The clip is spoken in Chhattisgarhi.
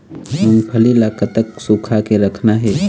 मूंगफली ला कतक सूखा के रखना हे?